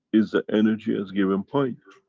is the energy as given point.